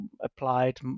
applied